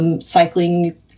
Cycling